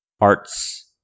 arts